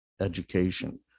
education